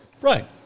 Right